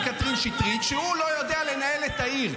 קטרין שטרית שהוא לא יודע לנהל את העיר.